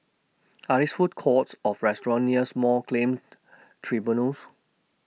Are There Food Courts off restaurants near Small Claimed Tribunals